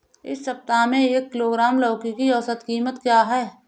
इस सप्ताह में एक किलोग्राम लौकी की औसत कीमत क्या है?